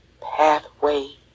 pathway